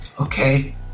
Okay